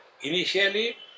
initially